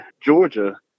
Georgia